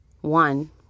one